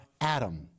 Adam